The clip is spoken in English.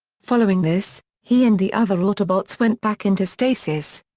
following this, he and the other autobots went back into stasis.